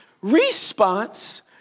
response